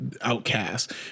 outcast